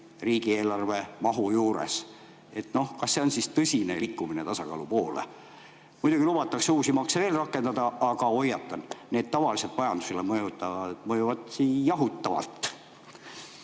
riigieelarve mahu juures. Noh, kas see on siis tõsine liikumine tasakaalu poole? Muidugi lubatakse uusi makse veel rakendada, aga hoiatan, need tavaliselt mõjuvad majandusele jahutavalt.